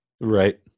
Right